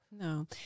No